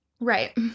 Right